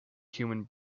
human